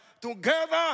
together